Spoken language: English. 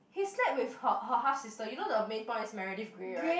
he slept with her her house sister you know the main point is Meredith Grey right